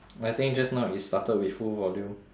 I think just now it started with full volume